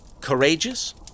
Courageous